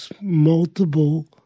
multiple